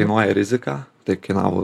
kainuoja riziką tai kainavo